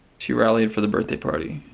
she rallied for the birthday party.